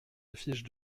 affiche